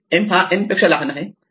M' हा N पेक्षा लहान आहे